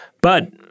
but-